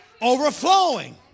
Overflowing